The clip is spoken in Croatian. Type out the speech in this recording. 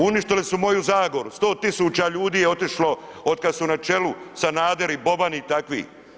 Uništili su moju Zagoru, 100.000 ljudi je otišlo od kad su na čelu Sanader i Boban i takvi.